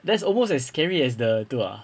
that's almost as scary as the tu ah